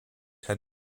had